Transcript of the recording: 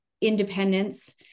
independence